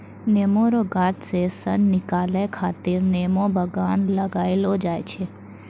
नेमो रो गाछ से सन निकालै खातीर नेमो बगान लगैलो जाय छै